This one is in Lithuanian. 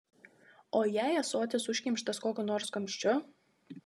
o jei ąsotis užkimštas kokiu nors kamščiu